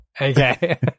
Okay